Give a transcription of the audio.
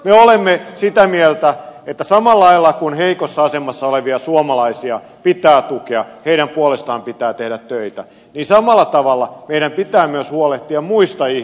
me olemme sitä mieltä että samalla lailla kuin heikossa asemassa olevia suomalaisia pitää tukea ja heidän puolestaan pitää tehdä töitä niin samalla tavalla meidän pitää huolehtia myös muista ihmisistä